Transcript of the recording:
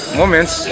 moments